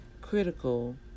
critical